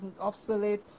obsolete